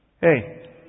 hey